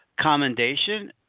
commendation